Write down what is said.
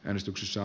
äänestyksessä